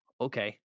okay